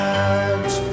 edge